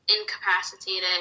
incapacitated